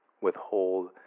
withhold